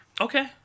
Okay